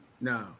No